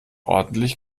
ordentlich